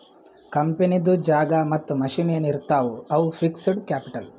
ಕಂಪನಿದು ಜಾಗಾ ಮತ್ತ ಮಷಿನ್ ಎನ್ ಇರ್ತಾವ್ ಅವು ಫಿಕ್ಸಡ್ ಕ್ಯಾಪಿಟಲ್